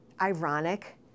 ironic